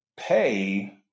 pay